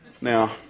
Now